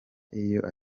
n’iyo